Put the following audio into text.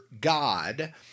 God